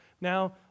Now